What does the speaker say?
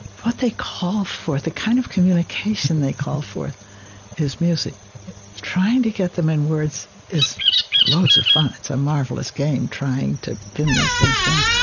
what they call forth, the kind of communication they call forth is music trying to get them in words is loads of fun. it's a marvelous game trying to pin these things down.